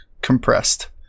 compressed